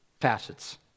facets